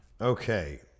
Okay